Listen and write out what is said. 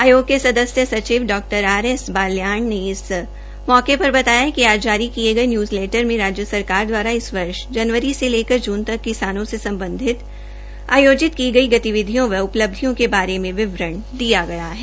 आयोग के सदस्य सचिव डॉ आर एस बाल्याण ने इस मौके पर बताया कि आज जारी किये गये न्यूज़लेंटरर्स में राज्य सरकार द्वारा इस वर्ष जनवरी से लेकर जून तक किसानों से सम्बधित आयोजित की गई गतिविधियों व उपलब्धियों के बारे में विवरण दिया गया है